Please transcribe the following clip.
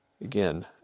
again